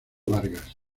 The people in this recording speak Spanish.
vargas